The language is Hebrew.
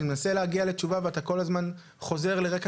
אני מנסה להגיע לתשובה ואתה כל הזמן חוזר לרקע